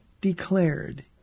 declared